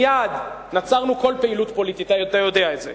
מייד נצרנו כל פעילות פוליטית, אתה יודע את זה,